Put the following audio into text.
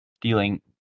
dealing